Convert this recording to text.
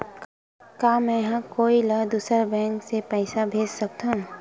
का मेंहा कोई ला दूसर बैंक से पैसा भेज सकथव?